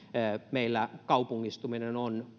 meillä kaupungistuminen on